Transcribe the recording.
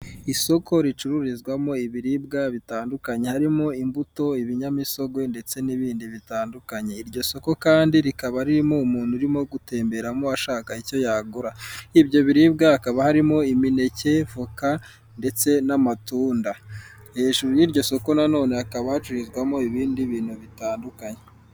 Isoko ricururizwamo ibiribwa bitandukanye. Harimo imbuto, ibinyamisogwe ndetse n'ibindi bitandukanye, iryo soko kandi rikaba ririmo umuntu uri gutemberamo ashaka icyo yagura, ibyo biribwa hakaba harimo imineke, voka, ndetse n'amatunda. Hejuru y'iryo soko na none hakaba hacururizwamo ibindi bintu bitandukanye.